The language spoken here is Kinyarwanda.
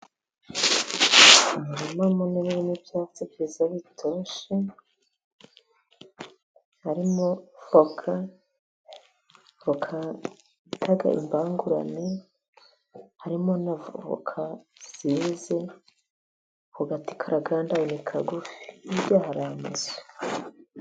Umurima munini urimo ibyatsi byiza bitoshye harimo voka, voka bita imbangurane, harimo na voka zeze, ako gati karagandaye ni kagufi, hirya hari amazu.